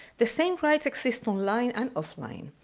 the same rights exist online and offline.